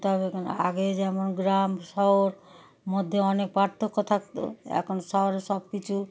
তবে এ আগে যেমন গ্রাম শহর মধ্যে অনেক পার্থক্য থাকত এখন শহরের সব কিছু